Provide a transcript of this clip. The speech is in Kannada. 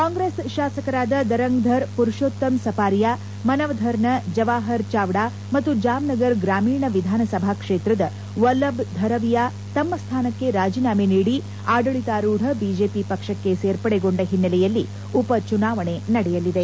ಕಾಂಗ್ರೆಸ್ ಶಾಸಕರಾದ ಧರಂಗ್ಧರ ಪುರುಶೋತ್ತಮ್ ಸಪಾರಿಯಾ ಮನವಧರ್ನ ಜವಾಹರ್ ಚಾವ್ಡಾ ಮತ್ತು ಜಾಮ್ನಗರ್ ಗ್ರಾಮೀಣ ವಿಧಾನಸಭಾ ಕ್ಷೇತ್ರದ ವಲ್ತಭ್ ಧರವಿಯಾ ತಮ್ಮ ಸ್ವಾನಕ್ನೆ ರಾಜೀನಾಮೆ ನೀಡಿ ಆಡಳಿತಾರೂಢ ಬಿಜೆಪಿ ಪಕ್ಷಕ್ನೆ ಸೇರ್ಪಡೆಗೊಂಡ ಹಿನ್ನೆಲೆಯಲ್ಲಿ ಉಪ ಚುನಾವಣೆ ನಡೆಯಲಿದೆ